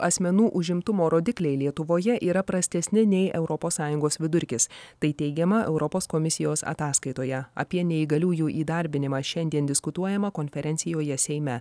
asmenų užimtumo rodikliai lietuvoje yra prastesni nei europos sąjungos vidurkis tai teigiama europos komisijos ataskaitoje apie neįgaliųjų įdarbinimą šiandien diskutuojama konferencijoje seime